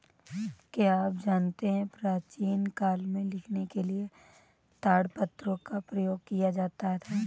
क्या आप जानते है प्राचीन काल में लिखने के लिए ताड़पत्रों का प्रयोग किया जाता था?